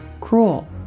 cruel